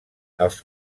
els